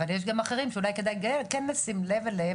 אבל יש גם אחרים שאולי כדאי לשים לב אליהם